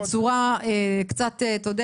-- אולי אנחנו מדברים בצורה קצת מבודחת,